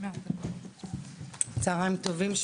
צהרים טובים,